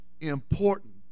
important